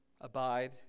abide